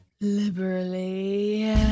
liberally